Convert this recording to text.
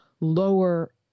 lower